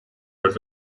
ერთ